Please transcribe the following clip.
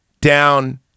down